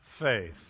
faith